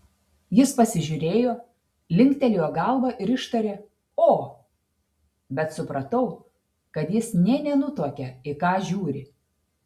jis pasižiūrėjo linktelėjo galva ir ištarė o bet supratau kad jis nė nenutuokia į ką žiūri